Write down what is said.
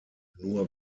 nur